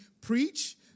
preach